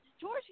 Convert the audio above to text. George